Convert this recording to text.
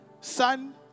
son